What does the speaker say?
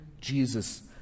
Jesus